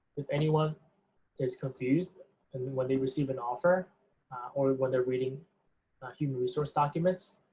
if anyone is confused and when they receive an offer or when they're reading human resource documents,